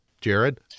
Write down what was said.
Jared